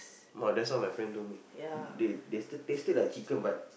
!wah! that's what my friend told me they tasted tasted like chicken but